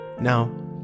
now